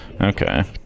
Okay